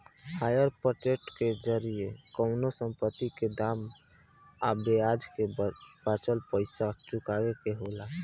hire purchase के जरिया कवनो संपत्ति के दाम आ ब्याज के बाचल पइसा चुकावे के होला